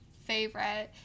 favorite